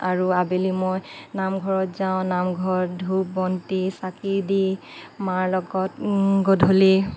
আৰু আবেলি মই নামঘৰত যাওঁ নামঘৰত ধূপ বন্তি চাকি দি মাৰ লগত গধূলি